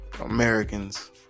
Americans